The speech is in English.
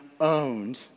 owned